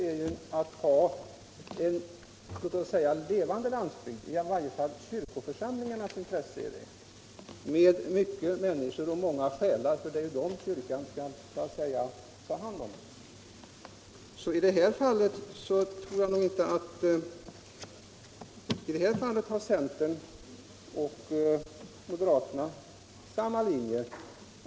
Kyrkan eller i varje fall kyrkoförsamlingarnas intresse är tvärtom att vi har en levande landsbygd med många människor och många själar. Det är ju dessa som kyrkan så att säga skall ta hand om. I det här fallet går alltså centern och moderaterna på samma linje.